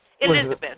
Elizabeth